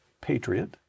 patriot